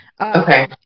Okay